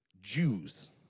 jews